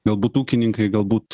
galbūt ūkininkai galbūt